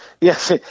Yes